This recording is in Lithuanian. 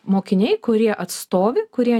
mokiniai kurie atstovi kurie